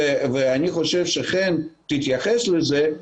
ואני חושב שחן תתייחס לזה,